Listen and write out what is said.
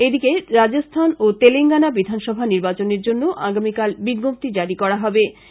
এদিকে রাজস্থান ও তেলেঙ্গানা বিধানসভা নির্বাচনের জন্য আগামীকাল বিঞ্জপ্তী জারী করা হবে